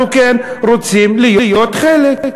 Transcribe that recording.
אנחנו כן רוצים להיות חלק.